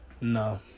No